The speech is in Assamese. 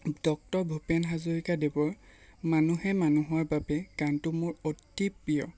ডক্টৰ ভূপেন হাজৰিকা দেৱৰ মানুহে মানুহৰ বাবে গানটো মোৰ অতি প্ৰিয়